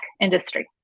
industry